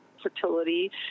fertility